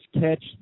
catch